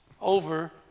over